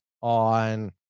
on